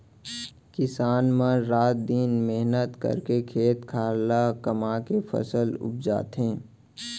किसान मन रात दिन मेहनत करके खेत खार ल कमाके फसल उपजाथें